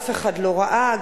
אף אחד לא ראה,